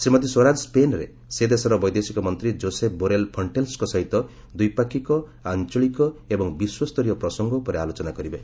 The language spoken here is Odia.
ଶ୍ରୀମତୀ ସ୍ୱରାଜ ସ୍କେନ୍ରେ ସେ ଦେଶର ବୈଦେଶିକମନ୍ତ୍ରୀ ଯୋଶେପ୍ ବୋରେଲ୍ ଫିଣ୍ଟେଲ୍ସଙ୍କ ସହିତ ଦ୍ୱିପାକ୍ଷିକ ଆଞ୍ଚଳିକ ଏବଂ ବିଶ୍ୱସ୍ତରୀୟ ପ୍ରସଙ୍ଗ ଉପରେ ଆଲୋଚନା କରିବେ